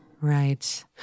Right